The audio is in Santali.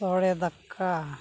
ᱥᱚᱬᱮ ᱫᱟᱠᱟ